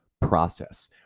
process